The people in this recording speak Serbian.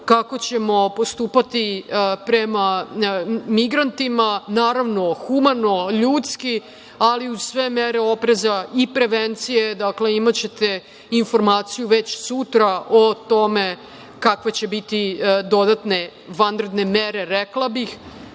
Kako ćemo postupati prema migrantima? Naravno, humano, ljudski, ali uz sve mere opreza i prevencije. Dakle, imaćete informaciju već sutra o tome kakve će biti dodatne vanredne mere, rekla bih,